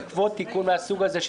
בעקבות תיקון מהסוג הזה,